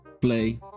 Play